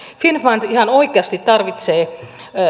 finnfund ihan oikeasti tarvitsee